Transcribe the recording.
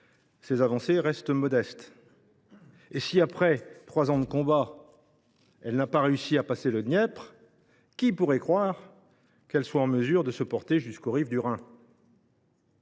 ses avancées restent modestes. Et si, après trois ans de combats, elle n’a pas réussi à passer le Dniepr, qui pourrait croire qu’elle est en mesure de se porter jusqu’aux rives du Rhin ?